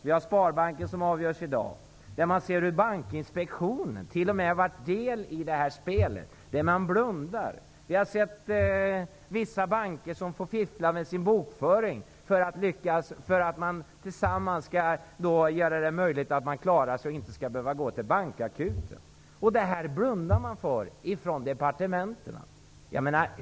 Fallet med Sparbanken avgörs i dag. Man ser att t.o.m. Bankinspektionen varit del i spelet genom att blunda. Vi har sett att vissa banker får fiffla med sin bokföring för att klara sig och inte behöva gå till bankakuten. Detta blundar departementen för.